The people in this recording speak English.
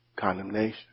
condemnation